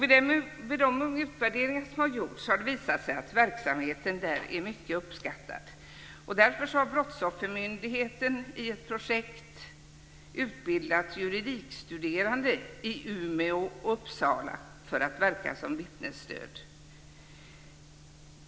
Vid de utvärderingar som har gjorts har det visat sig att verksamheten där är mycket uppskattad. Därför har Brottsoffermyndigheten i ett projekt utbildat juridikstuderande i Umeå och Uppsala för att verka som vittnesstöd.